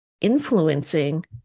influencing